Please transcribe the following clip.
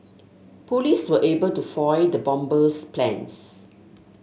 police were able to foil the bomber's plans